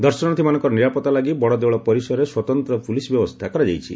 ଦର୍ଶନାର୍ଥୀମାନଙ୍କର ନିରାପତ୍ତା ଲାଗି ବଡଦେଉଳ ପରିସରେ ସ୍ୱତନ୍ତ ପୁଲିସ ବ୍ୟବସ୍ରା କରାଯାଇଛି